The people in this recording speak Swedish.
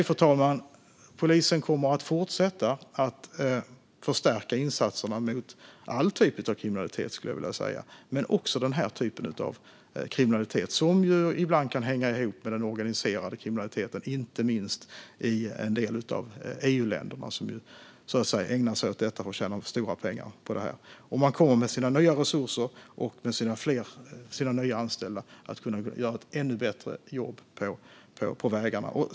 Fru talman! Polisen kommer att fortsätta att förstärka insatserna mot all typ av kriminalitet, också den här typen av kriminalitet som ibland kan hänga ihop med den organiserade kriminaliteten inte minst i en del av EU-länderna, där man ägnar sig åt detta för att tjäna stora pengar. Med sina nya resurser och med sina nya anställda kommer man att kunna göra ett ännu bättre jobb på vägarna.